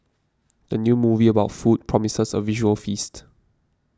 the new movie about food promises a visual feast